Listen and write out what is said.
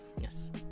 yes